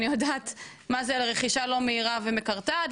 אני יודעת מה זו רכישה לא מהירה ומקרטעת,